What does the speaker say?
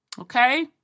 Okay